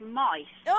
mice